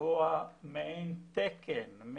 לקבוע מעין תקן,